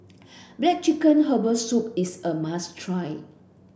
black chicken herbal soup is a must try